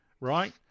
Right